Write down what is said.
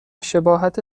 شباهت